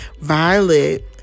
Violet